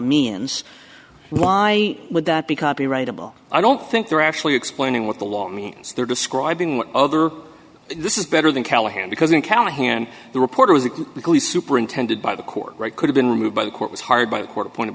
means why would that be copyrightable i don't think they're actually explaining what the law means they're describing what other this is better than callahan because in callahan the reporter was a weekly superintended by the court right could have been removed by the court was hired by a court appointed